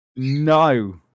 No